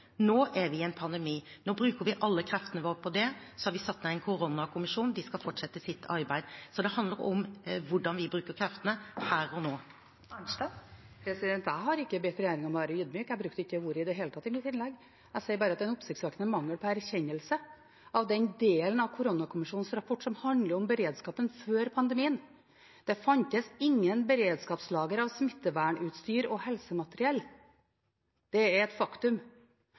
Nå er vi i en pandemi. Nå bruker vi alle kreftene våre på det. Så har vi satt ned en koronakommisjon. De skal fortsette sitt arbeid. Så det handler om hvordan vi bruker kreftene her og nå. Marit Arnstad – til oppfølgingsspørsmål. Jeg har ikke bedt regjeringen om å være ydmyk – jeg brukte ikke ordet i det hele tatt i mitt innlegg. Jeg sier bare at det er en oppsiktsvekkende mangel på erkjennelse av den delen av koronakommisjonens rapport som handler om beredskapen før pandemien. Det fantes ingen beredskapslager av smittevernutstyr og helsemateriell. Det er et faktum.